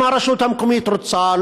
אם הרשות המקומית רוצה,